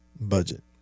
budget